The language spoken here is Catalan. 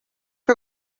que